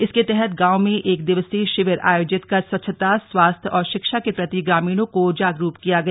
इसके तहत गांव में एक दिवसीय शिविर आयोजित कर स्वच्छता स्वास्थ्य और शिक्षा के प्रति ग्रामीणों को जागरूक किया गया